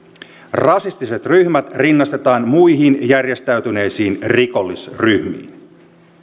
rasistiset ryhmät rinnastetaan muihin järjestäytyneisiin rikollisryhmiin